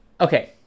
Okay